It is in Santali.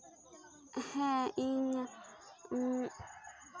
ᱦᱮᱸ ᱤᱧ